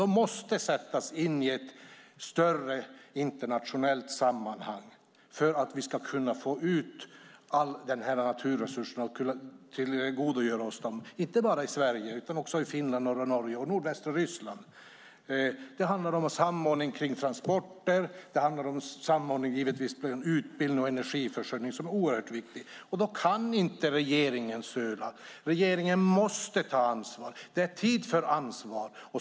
De måste sättas in i ett större internationellt sammanhang för att vi ska tillgodogöra oss alla naturresurserna, inte bara i Sverige utan också i Finland, norra Norge och nordvästra Ryssland. Det handlar om samordning av transporter, utbildning och energiförsörjning. Regeringen kan inte söla. Regeringen måste ta ansvar. Det är tid för ansvar.